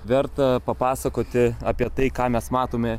verta papasakoti apie tai ką mes matome